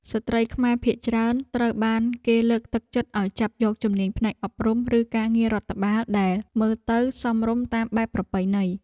ស្ត្រីខ្មែរភាគច្រើនត្រូវបានគេលើកទឹកចិត្តឱ្យចាប់យកជំនាញផ្នែកអប់រំ ឬការងាររដ្ឋបាលដែលមើលទៅសមរម្យតាមបែបប្រពៃណី។